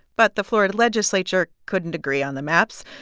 but the florida legislature couldn't agree on the maps.